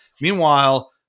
Meanwhile